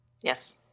Yes